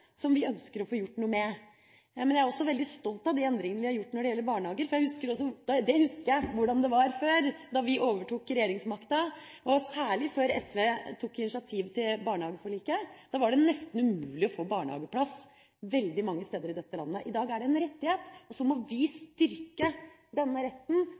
som vi ønsker å få gjort noe med. Men jeg er også veldig stolt av de endringene vi har gjort når det gjelder barnehager, for jeg husker også – det husker jeg – hvordan det var før, da vi overtok regjeringsmakta, og særlig før SV tok initiativ til barnehageforliket. Da var det nesten umulig å få barnehageplass veldig mange steder i dette landet. I dag er det en rettighet. Så må vi styrke denne retten